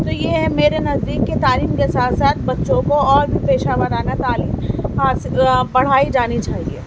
تو یہ ہے میرے نزدیک کہ تعلیم کے ساتھ ساتھ بچوں کو اور بھی پیشہ ورانہ تعلیم حاصل پڑھائی جانی چاہئے